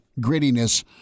grittiness